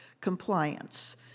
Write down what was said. compliance